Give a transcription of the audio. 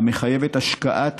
המחייבת השקעת